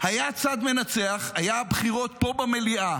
היה צד מנצח, היו בחירות פה במליאה